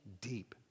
deep